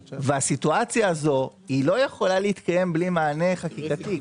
והסיטואציה הזו היא לא יכולה להתקיים בלי מענה חקיקתי.